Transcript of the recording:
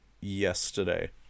yesterday